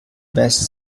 best